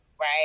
right